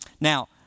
Now